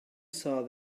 saw